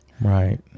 right